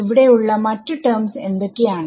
ഇവിടെ ഉള്ള മറ്റു ടെർമ്സ് എന്തൊക്കെയാണ്